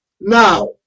now